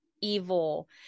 evil